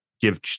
give